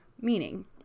Meaning